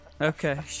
Okay